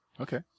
Okay